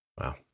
wow